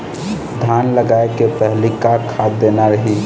धान लगाय के पहली का खाद देना रही?